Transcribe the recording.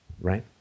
right